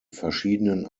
verschiedenen